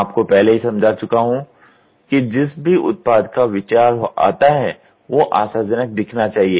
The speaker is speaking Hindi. मैं आपको पहले ही समझा चुका हूं कि जिस भी उत्पाद का विचार आता है वो आशाजनक दिखना चाहिए